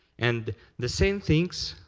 and the same things,